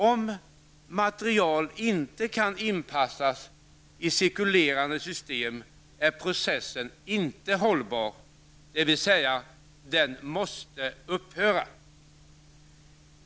''Om material inte kan inpassas i cirkulerande system är processen inte hållbar, dvs. den måste upphöra.